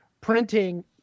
printing